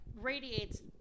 radiates